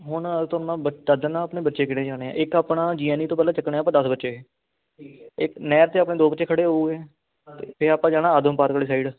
ਹੁਣ ਤੁਹਾਨੂੰ ਆਪਣੇ ਬੱਚੇ ਕਿਹੜੇ ਜਾਣੇ ਆ ਇੱਕ ਆਪਣਾ ਜੀਐਨਏ ਤੋਂ ਪਹਿਲਾਂ ਚੱਕਣਾ ਆ ਆਪਾਂ ਦਸ ਬੱਚੇ ਇਹ ਨਹਿਰ 'ਤੇ ਆਪਣੇ ਦੋ ਬਚੇ ਖੜ੍ਹੇ ਹੋਊਗੇ ਅਤੇ ਆਪਾਂ ਜਾਣਾ ਆਤਮ ਪਾਰਕ ਵਾਲੀ ਸਾਈਡ